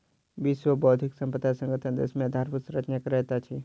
विश्व बौद्धिक संपदा संगठन देश मे आधारभूत संरचना करैत अछि